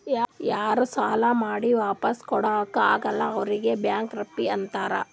ಯಾರೂ ಸಾಲಾ ಮಾಡಿ ವಾಪಿಸ್ ಕೊಡ್ಲಾಕ್ ಆಗಲ್ಲ ಅವ್ರಿಗ್ ಬ್ಯಾಂಕ್ರಪ್ಸಿ ಅಂತಾರ್